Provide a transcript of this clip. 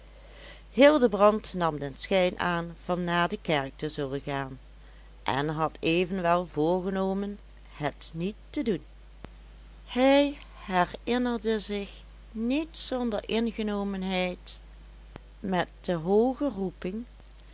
hildebrand nam den schijn aan van naar de kerk te zullen gaan en had evenwel voorgenomen het niet te doen hij herinnerde zich niet zonder ingenomenheid met de hooge